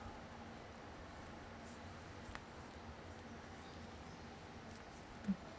mm